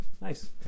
nice